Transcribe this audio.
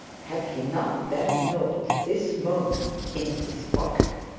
had he not that note this moment in his pocket?